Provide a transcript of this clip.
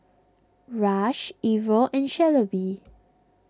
Rush Ivor and Shelbi